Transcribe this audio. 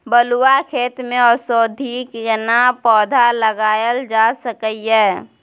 बलुआ खेत में औषधीय केना पौधा लगायल जा सकै ये?